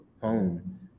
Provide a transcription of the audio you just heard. home